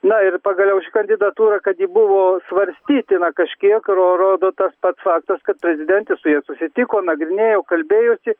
na ir pagaliau ši kandidatūra kad ji buvo svarstytina kažkiek ro rodo tas pats faktas kad prezidentė su ja susitiko nagrinėjo kalbėjosi